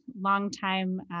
longtime